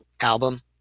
album